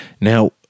Now